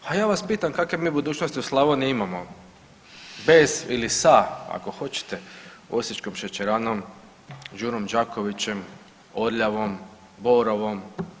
A ja vas pitam kakve mi budućnosti u Slavoniji imamo bez ili sa ako hoćete Osječkom šećeranom, Đurom Đakovićem, Orljavom, Borovom.